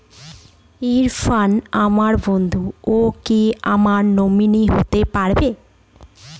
ইরফান আমার বন্ধু ও কি আমার নমিনি হতে পারবে?